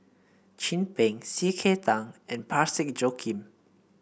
Chin Peng C K Tang and Parsick Joaquim